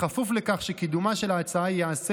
בכפוף לכך שקידומה של ההצעה ייעשה